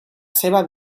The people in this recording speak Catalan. seva